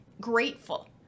grateful